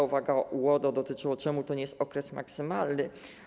Uwaga UODO dotyczyła tego, czemu to nie jest okres maksymalny.